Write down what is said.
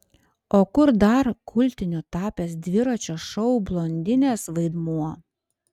o kur dar kultiniu tapęs dviračio šou blondinės vaidmuo